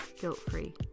guilt-free